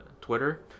Twitter